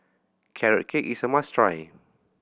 Carrot Cake is a must try